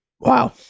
wow